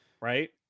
Right